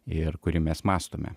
ir kurį mes mąstome